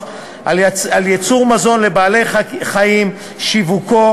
על ייצור מזון לבעלי-חיים ושיווקו,